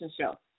show